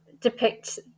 depict